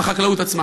בחקלאות עצמה.